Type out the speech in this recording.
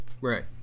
Right